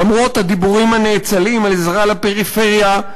למרות הדיבורים הנאצלים על עזרה לפריפריה,